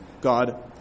God